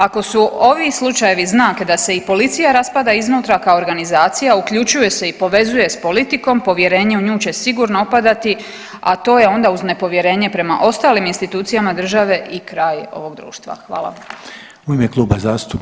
Ako su ovi slučajevi znak da se i policija raspada iznutra, kao organizacija uključuje se i povezuje s politikom, povjerenje u nju će sigurno opadati, a to je onda uz nepovjerenje prema ostalim institucijama države i kraj ovog društva.